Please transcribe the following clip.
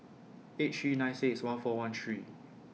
eight three nine six one four one three